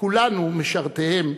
כולנו משרתיהם,